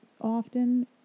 often